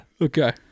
Okay